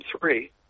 three